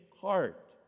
heart